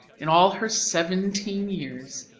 in all her seventeen years,